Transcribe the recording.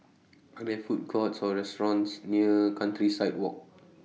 Are There Food Courts Or restaurants near Countryside Walk